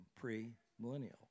pre-millennial